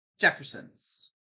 Jefferson's